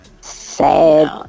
Sad